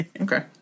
okay